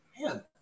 Man